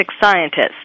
scientist